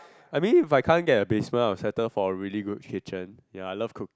I mean if I can't get a basement I will settle for really good kitchen ya I love cook